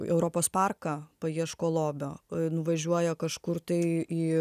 europos parką paieško lobio nuvažiuoja kažkur tai į